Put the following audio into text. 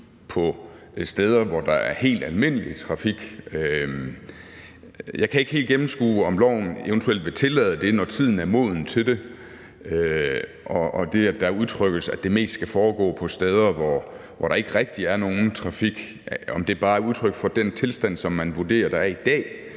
på steder, hvor der er helt almindelig trafik. Jeg kan ikke helt gennemskue, om loven eventuelt vil tillade det, når tiden er moden til det, altså det med, at der udtrykkes, at det mest skal foregå på steder, hvor der ikke rigtig er nogen trafik. Jeg ved ikke, om det bare er et udtryk for den tilstand, som man vurderer er i dag,